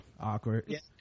awkward